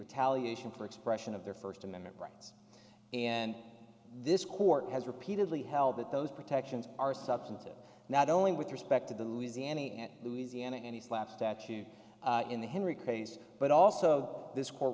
retaliation for expression of their first amendment rights and this court has repeatedly held that those protections are substantive not only with respect to the lazy any louisiana any slap statute in the henry case but also this court